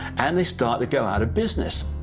and they start to go out of business.